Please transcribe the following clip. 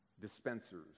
dispensers